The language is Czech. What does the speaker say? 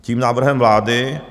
Tím návrhem vlády...